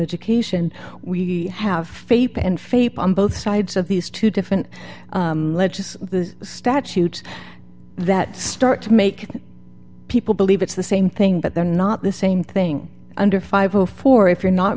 education we have faith and faith on both sides of these two different ledges the statutes that start to make people believe it's the same thing but they're not the same thing under five o four if you're not